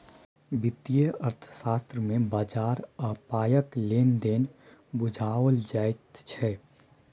वित्तीय अर्थशास्त्र मे बजार आ पायक लेन देन बुझाओल जाइत छै